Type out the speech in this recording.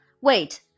wait